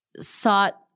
sought